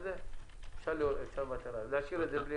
אפשר לוותר על זה.